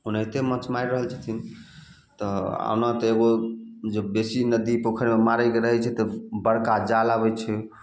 ओनाहिते माछ मारि रहल छथिन तऽ ओना तऽ एगो जे बेसी नदी पोखरिमे मारैके रहैत छै तऽ बड़का जाल आबैत छै